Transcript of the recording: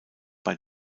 bei